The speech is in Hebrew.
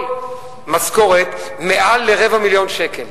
כל משכורת מעל לרבע מיליון שקל,